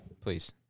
Please